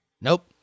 Nope